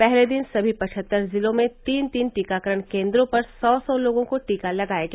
पहले दिन सभी पचहत्तर जिलों में तीन तीन टीकाकरण केंद्रों पर सौ सौ लोगों को टीका लगाया गया